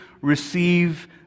receive